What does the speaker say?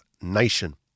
Nation